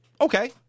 Okay